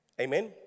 amen